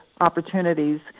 opportunities